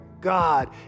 God